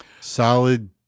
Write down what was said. solid